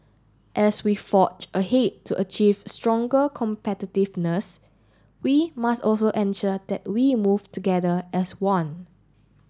as we forge ahead to achieve stronger competitiveness we must also ensure that we move together as one